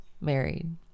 married